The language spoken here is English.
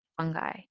fungi